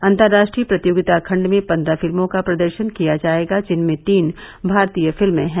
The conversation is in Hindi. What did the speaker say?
अंतर्राष्ट्रीय प्रतियोगिता खंड में पन्द्रह फिल्मों का प्रदर्शन किया जाएगा जिनमें तीन भारतीय फिल्में हैं